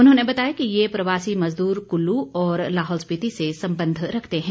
उन्होंने बताया कि ये प्रवासी मजदूर कुल्लू और लाहौल स्पीति से संबंध रखते हैं